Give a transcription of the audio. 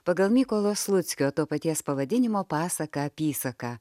pagal mykolo sluckio to paties pavadinimo pasaką apysaką